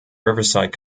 riverside